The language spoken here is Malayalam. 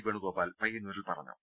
വേണുഗോപാൽ പയ്യന്നൂരിൽ പറഞ്ഞു